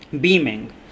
beaming